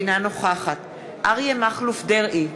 אינה נוכחת אריה מכלוף דרעי,